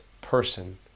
person